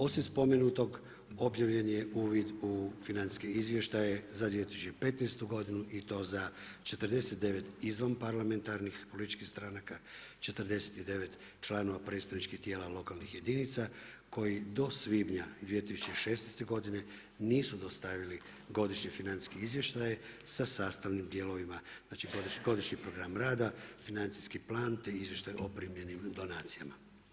Osim spomenutog, objavljen je uvid u financijske izvještaje za 2015. godinu i to za 49 izvan parlamentarnih političkih stranaka 49 članova predstavničkih tijela lokalnih jedinica koji do svibnja 2016. godine nisu dostavili godišnji financijski izvještaj sa sastavnim dijelovima, znači godišnji program rada, financijski plan, te izvještaj o primljenim donacijama.